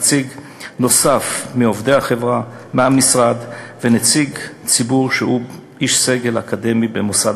נציג נוסף מעובדי המשרד ונציג ציבור שהוא איש סגל אקדמי בכיר במוסד